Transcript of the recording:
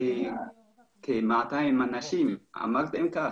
כ-200 אנשים, כך הם אמרו,